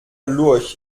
lurch